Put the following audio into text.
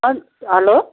अन् हेलो